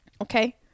Okay